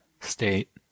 state